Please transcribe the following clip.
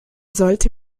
sollte